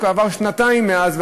וכבר עברו שנתיים מאז,